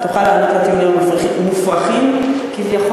ותוכל לענות לטיעונים המופרכים כביכול,